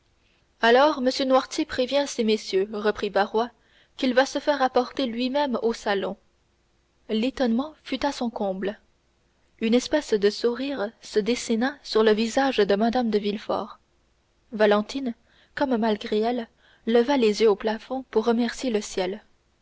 alors m noirtier prévient ces messieurs reprit barrois qu'il va se faire apporter lui-même au salon l'étonnement fut à son comble une espèce de sourire se dessina sur le visage de mme de villefort valentine comme malgré elle leva les yeux au plafond pour remercier le ciel